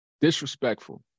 Disrespectful